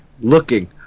looking